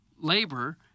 labor